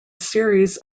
series